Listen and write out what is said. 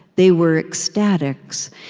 they were ecstatics,